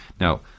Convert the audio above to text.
Now